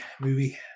movie